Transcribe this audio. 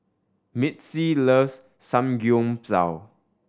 Mitzi loves Samgyeopsal